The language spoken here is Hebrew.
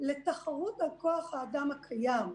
לתחרות על כוח האדם הקיים.